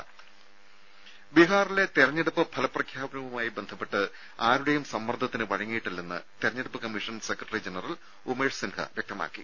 രുര ബീഹാറിലെ തെരഞ്ഞെടുപ്പ് ഫലപ്രഖ്യാപനവുമായി ബന്ധപ്പെട്ട് ആരുടെയും സമ്മർദ്ദത്തിന് വഴങ്ങിയിട്ടില്ലെന്ന് തെരഞ്ഞെടുപ്പ് commission secretary general Umesh Sinha വ്യക്തമാക്കി